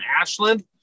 Ashland